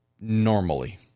normally